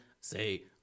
say